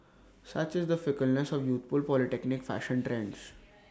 such is the fickleness of youthful polytechnic fashion trends